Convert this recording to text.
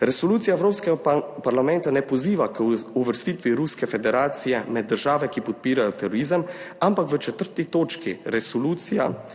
Resolucija Evropskega parlamenta ne poziva k uvrstitvi Ruske federacije med države, ki podpirajo terorizem, ampak v 4. točki resolucija